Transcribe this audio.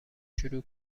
شروع